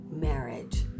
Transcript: marriage